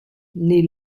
naît